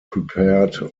prepared